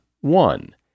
one